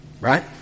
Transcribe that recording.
Right